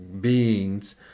beings